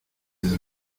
del